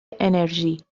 انرژی